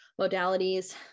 Modalities